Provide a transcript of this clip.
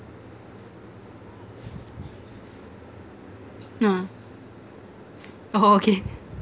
nah oh okay